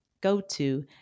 go-to